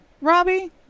Robbie